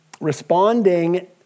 Responding